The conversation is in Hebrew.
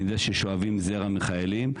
אני יודע ששואבים זרע מחיילים.